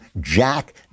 jack